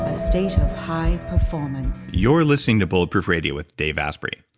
ah state of high performance you're listening to bulletproof radio with dave asprey.